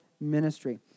ministry